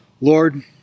Lord